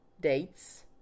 dates